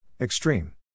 Extreme